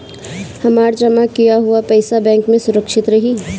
हमार जमा किया हुआ पईसा बैंक में सुरक्षित रहीं?